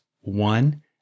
one